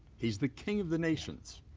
he is the king of the nations.